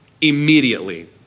immediately